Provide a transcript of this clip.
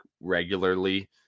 regularly